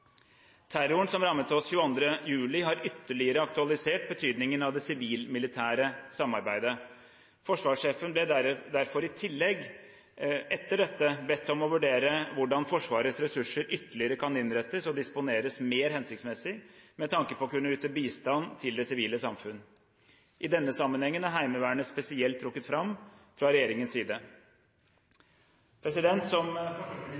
Terroren som rammet oss 22. juli, har ytterligere aktualisert betydningen av det sivilmilitære samarbeidet. Forsvarssjefen ble derfor i tillegg etter dette bedt om å vurdere hvordan Forsvarets ressurser ytterligere kan innrettes og disponeres mer hensiktsmessig med tanke på å kunne yte bistand til det sivile samfunn. I denne sammenhengen er Heimevernet spesielt trukket fram fra regjeringens side. Som